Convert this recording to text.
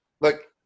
look